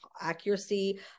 accuracy